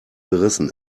gerissen